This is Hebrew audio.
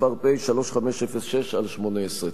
פ/3506/18.